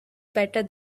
better